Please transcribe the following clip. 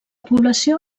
població